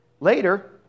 Later